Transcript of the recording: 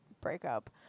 breakup